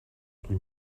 qui